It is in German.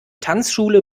tanzschule